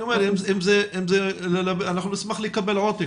אני אומר שנשמח לקבל עותק,